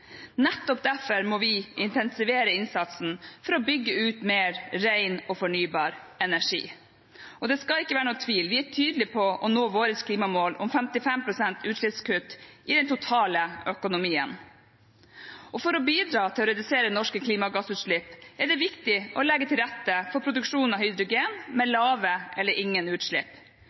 Nettopp derfor må vi intensivere innsatsen for å bygge ut mer ren og fornybar energi, og det skal ikke være noen tvil: Vi er tydelig på våre klimamål om 55 pst. utslippskutt i den totale økonomien. For å bidra til å redusere norske klimagassutslipp er det viktig å legge til rette for produksjon av hydrogen med lave eller ingen utslipp.